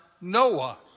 Noah